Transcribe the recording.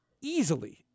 easily